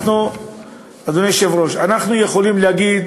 אדוני היושב-ראש, אנחנו יכולים להגיד